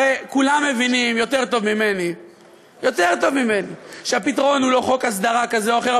הרי כולם מבינים טוב יותר ממני שהפתרון הוא לא חוק הסדרה כזה או אחר.